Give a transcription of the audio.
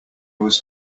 was